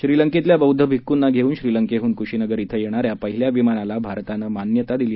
क्षीलंकेतल्या बौद्ध भिक्कुंना घेऊन श्रिलंकेहून क्शीनगर क्शे येणाऱ्या पहिल्या विमानाला भारतानं मान्यता दिली आहे